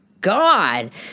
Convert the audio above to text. god